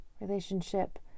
relationship